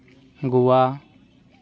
Goa